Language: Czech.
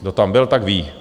Kdo tam byl, tak ví.